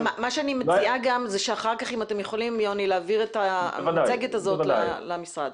אם אתם יכולים אחר כך להעביר את המצגת הזאת למשרד.